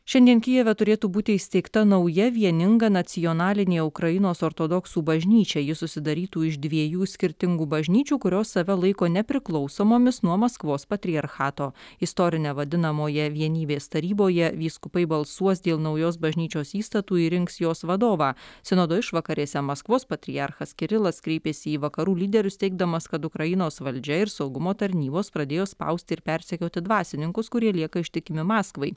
šiandien kijeve turėtų būti įsteigta nauja vieninga nacionalinė ukrainos ortodoksų bažnyčia ji susidarytų iš dviejų skirtingų bažnyčių kurios save laiko nepriklausomomis nuo maskvos patriarchato istorine vadinamoje vienybės taryboje vyskupai balsuos dėl naujos bažnyčios įstatų ir rinks jos vadovą sinodo išvakarėse maskvos patriarchas kirilas kreipėsi į vakarų lyderius teigdamas kad ukrainos valdžia ir saugumo tarnybos pradėjo spausti ir persekioti dvasininkus kurie lieka ištikimi maskvai